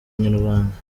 inyarwanda